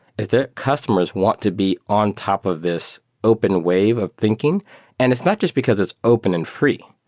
is their customers want to be on top of this open wave of thinking and it's not just because it's open and free.